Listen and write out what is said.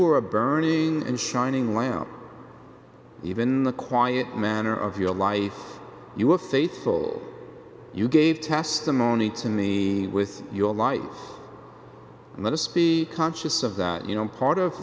were a burning and shining lamp even in the quiet manner of your life you were faithful you gave testimony to me with your life and let us be conscious of that you know part of